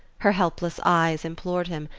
her helpless eyes implored him,